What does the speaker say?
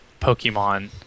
Pokemon